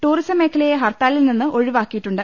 tourism മേഖലയെ ഹർത്താലിൽ നിന്ന് ഒഴി വാക്കിയിട്ടുണ്ട്